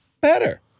better